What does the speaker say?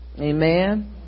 Amen